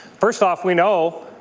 first off, we know,